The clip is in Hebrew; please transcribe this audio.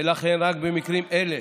ולכן רק במקרים אלה